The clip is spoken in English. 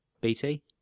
BT